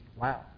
Wow